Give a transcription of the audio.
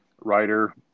writer